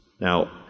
Now